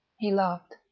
he laughed.